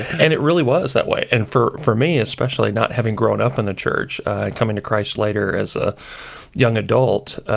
and it really was that way. and for for me especially, not having grown up in the church and coming to christ later as a young adult,